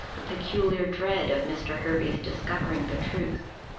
a peculiar dread of mr. hervey's discovering the truth.